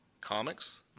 comics